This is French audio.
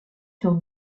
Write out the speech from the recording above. sur